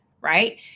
right